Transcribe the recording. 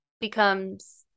becomes